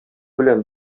белән